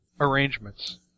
arrangements